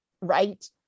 right